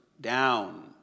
down